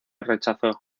rechazó